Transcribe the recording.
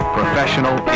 professional